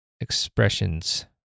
expressions